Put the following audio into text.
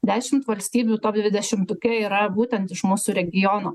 dešimt valstybių top dvidešimtuke yra būtent iš mūsų regiono